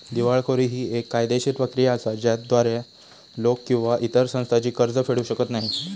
दिवाळखोरी ही येक कायदेशीर प्रक्रिया असा ज्याद्वारा लोक किंवा इतर संस्था जी कर्ज फेडू शकत नाही